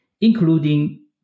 including